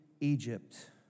Egypt